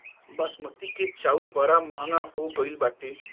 बासमती के चाऊर बड़ा महंग हो गईल बाटे